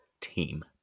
team